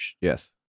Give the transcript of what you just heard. Yes